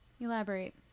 Elaborate